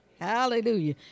Hallelujah